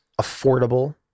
affordable